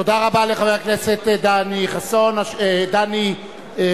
תודה רבה לחבר הכנסת דני חסון, אה, דני דנון.